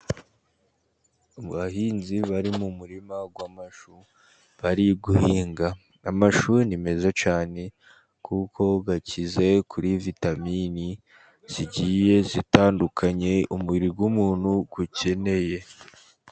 Abahinzi bari mu murima w'amashu, bari guhinga amashu, amashu ni meza cyane, kuko akize kuri vitamini zigiye zitandukanye, umubiri w'umuntu ukeneye.